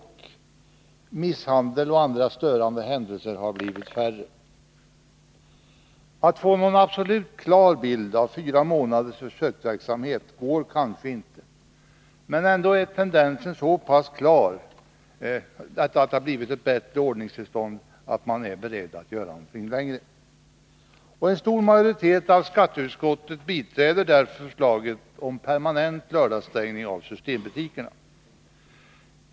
Förekomsten av misshandel och andra störande händelser har minskat. Att få någon absolut klar bild av fyra månaders försöksverksamhet går kanske inte, men ändå är tendensen så pass klar, att det har blivit ett bättre ordningstillstånd, att man är beredd att göra någonting mera varaktigt. En stor majoritet av skatteutskottets ledamöter biträder därför förslaget om permanent lördagsstängning av systembutikerna.